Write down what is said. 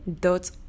dot